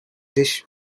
dish